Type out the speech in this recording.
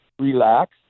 relax